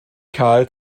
karl